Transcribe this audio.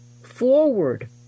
forward